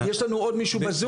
יש לנו עוד מישהו בזום?